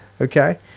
okay